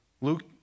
Luke